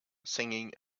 singing